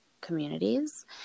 communities